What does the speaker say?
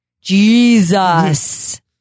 Jesus